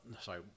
sorry